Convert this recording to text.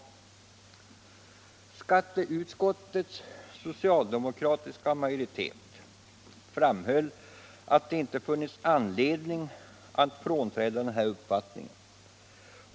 Skatteutskottets socialdemokratiska majoritet framhöll att den inte funnit anledning frånträda denna uppfattning.